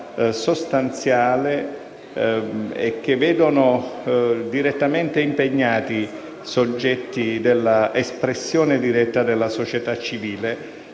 sostanziale e che vedono direttamente impegnati soggetti della espressione diretta della società civile.